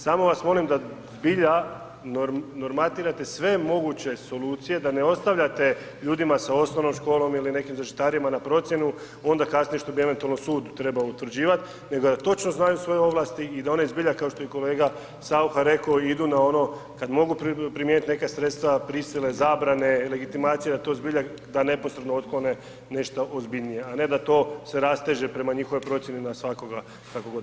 Samo vas molim da zbilja normatirate sve moguće solucije, da ne ostavljate ljudima sa osnovnom školom ili nekim zaštitarima na procjenu, onda kasnije što bi eventualno sud trebao utvrđivati, nego da točno znaju svoje ovlasti i da one zbilja, kao što je i kolega Saucha rekao, idu na ono, kad mogu primijeniti neka sredstva prisile, zabrane, legitimacije, da to zbilja da neposredno od koga je nešto ozbiljnije, a da to se rasteže prema njihovoj procjeni na svakoga kako god mislili.